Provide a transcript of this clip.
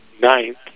ninth